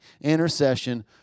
intercession